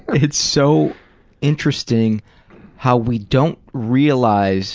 it's so interesting how we don't realize